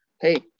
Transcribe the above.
Hey